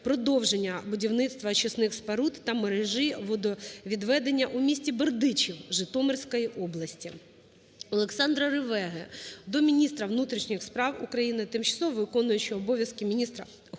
продовження будівництва очисних споруд та мережі водовідведення у місті Бердичів Житомирської області. ОлександраРевеги до міністра внутрішніх справ України, тимчасово виконуючої обов'язки міністра охорони